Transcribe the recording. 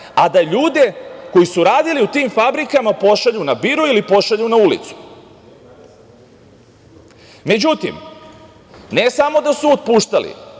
a da ljude koji su radili u tim fabrikama pošalju na biro ili pošalju na ulicu.Međutim, ne samo da su otpuštali,